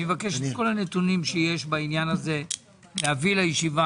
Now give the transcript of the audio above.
מבקש את כל הנתונים שיש בעניין הזה להביא לישיבה.